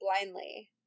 blindly